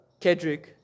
Kedrick